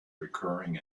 recurring